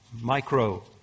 micro